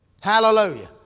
Hallelujah